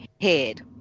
head